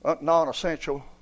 non-essential